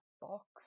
box